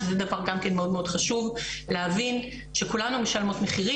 שזה דבר גם מאוד חשוב להבין שכולנו משלמות את מהמחיר,